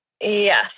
Yes